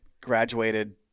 graduated